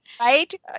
Right